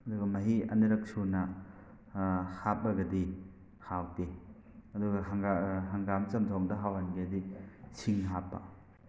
ꯑꯗꯨꯒ ꯃꯍꯤ ꯑꯅꯤꯔꯛ ꯁꯨꯅ ꯍꯥꯞꯄꯒꯗꯤ ꯍꯥꯎꯇꯦ ꯑꯗꯨꯒ ꯍꯪꯒꯥꯝ ꯆꯝꯊꯣꯡꯗ ꯍꯥꯎꯍꯟꯒꯦꯗꯤ ꯁꯤꯡ ꯍꯥꯞꯄ